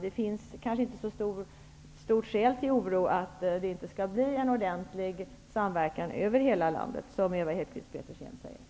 Det finns kanske inte så stort skäl till oro för att det inte skall bli en ordentlig samverkan över hela landet, som Ewa Hedkvist Petersen säger.